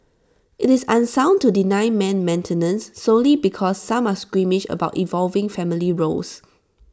IT is unsound to deny men maintenance solely because some are squeamish about evolving family roles